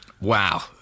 Wow